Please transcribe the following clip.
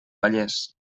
vallès